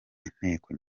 inteko